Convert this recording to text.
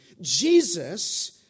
Jesus